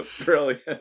Brilliant